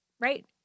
right